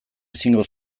ezingo